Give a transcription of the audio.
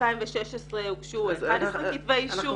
ב-2016 הוגשו 11 כתבי אישום.